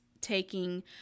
taking